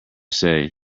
say